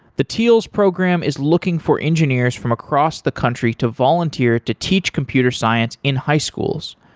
the teals program is looking for engineers from across the country to volunteer to teach computer science in high schools.